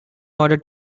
order